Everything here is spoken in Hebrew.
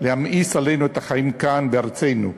להמאיס עלינו את החיים כאן בארצנו,